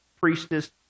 priestess